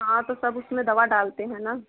हाँ तो सब उसमें दवा डालते हैं ना